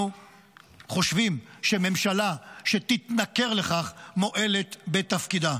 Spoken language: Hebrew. אנחנו חושבים שהממשלה שתתנכר לכך מועלת בתפקידה.